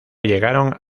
llegaron